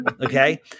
Okay